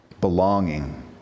belonging